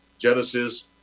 Genesis